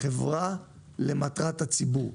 אתם חברה למטרת הציבור,